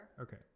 Okay